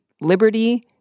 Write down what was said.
liberty